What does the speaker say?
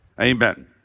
Amen